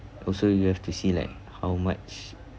also you have to see like how much